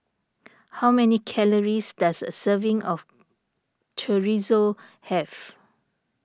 how many calories does a serving of Chorizo have